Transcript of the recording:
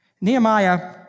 Nehemiah